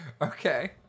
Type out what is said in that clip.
Okay